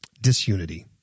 disunity